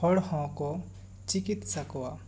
ᱦᱚᱲ ᱦᱚᱸ ᱠᱚ ᱪᱤᱠᱤᱛᱥᱟ ᱠᱚᱣᱟ